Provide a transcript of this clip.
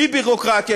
בלי ביורוקרטיה,